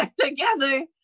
together